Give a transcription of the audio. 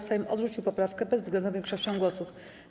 Sejm odrzucił poprawkę bezwzględną większością głosów.